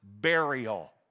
burial